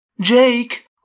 Jake